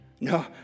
No